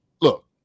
look